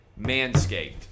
Manscaped